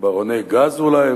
ברוני גז אולי,